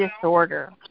disorder